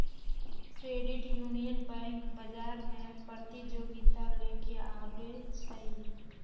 credit union bank बजार में प्रतिजोगिता लेके आबै छइ